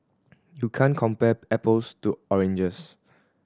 you can't compare apples to oranges